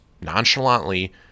nonchalantly